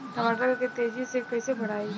टमाटर के तेजी से कइसे बढ़ाई?